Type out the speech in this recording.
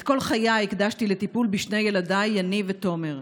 את כל חיי הקדשתי לטיפול בשני ילדיי, יניב ותומר.